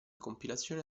compilazione